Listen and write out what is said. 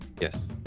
yes